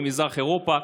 ממזרח אירופה.